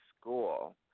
school